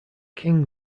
king